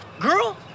girl